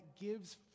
gives